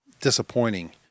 disappointing